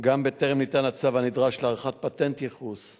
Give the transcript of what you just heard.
גם בטרם ניתן הצו הנדרש להארכת פטנט ייחוס,